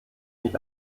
nicht